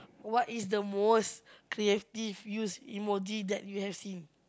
what is the most creative use emoji that you have seen